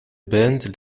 band